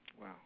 Wow